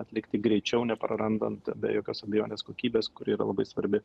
atlikti greičiau neprarandant be jokios abejonės kokybės kuri yra labai svarbi